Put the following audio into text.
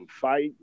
fight